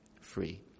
free